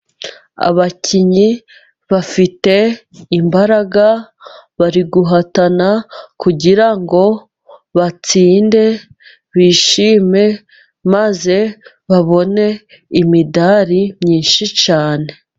Abakinnyi bafite imbaraga, bari guhatana kugira ngo batsinde, bishime, maze babone imidari myinshi cyane.